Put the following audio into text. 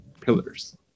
pillars